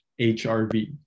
HRV